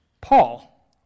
Paul